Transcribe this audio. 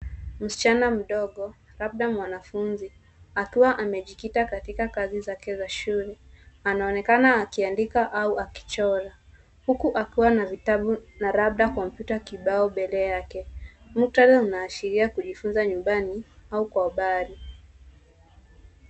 Msichana mdogo, labda mwanafunzi, akiwa amejikita katika kazi zake za shule. Anaonekana akiandika au akichora, huku akiwa na vitabu na labda kompyuta kibao mbele yake. Muktadha unaashiria kujifunza nyumbani au kwa mbali.